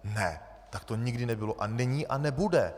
Ne, tak to nikdy nebylo a není a nebude.